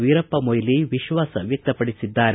ವೀರಪ್ಪಮೊಯಿಲಿ ವಿಶ್ವಾಸ ವ್ಯಕ್ತಪಡಿಸಿದ್ದಾರೆ